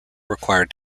require